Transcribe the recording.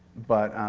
but